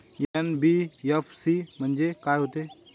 NBFC म्हणजे का होते?